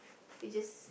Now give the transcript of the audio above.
we just